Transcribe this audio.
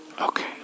Okay